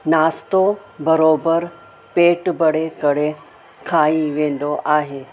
नाश्तो बराबरि पेटु भरे करे खाई वेंदो आहे